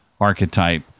archetype